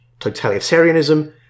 totalitarianism